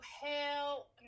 hell